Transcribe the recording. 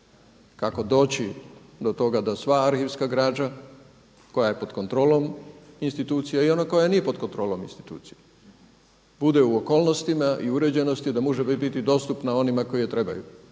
kako doći do toga da sva arhivska građa koja je pod kontrolom institucija i ona koja nije pod kontrolom institucija bude u okolnostima i uređenosti da bude dostupna onima koji je trebaju